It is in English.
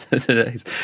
today's